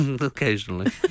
Occasionally